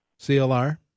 CLR